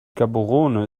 gaborone